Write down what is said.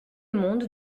monde